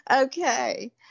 Okay